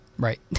Right